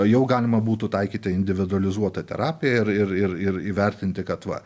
jau galima būtų taikyti individualizuotą terapiją ir ir ir įvertinti kad va